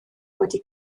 wedi